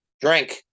Drink